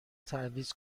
تعویض